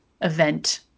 event